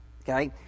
Okay